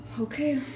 Okay